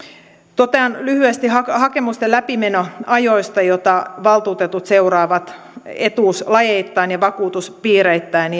totean lyhyesti hakemusten läpimenoajoista joita valtuutetut seuraavat etuuslajeittain ja vakuutuspiireittäin